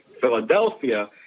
Philadelphia